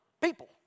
people